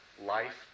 life